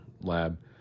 lab